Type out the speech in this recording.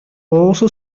also